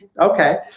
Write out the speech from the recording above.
Okay